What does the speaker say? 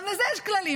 גם לזה יש כללים.